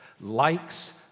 likes